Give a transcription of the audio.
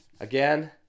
again